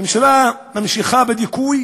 הממשלה ממשיכה בדיכוי